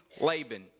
Laban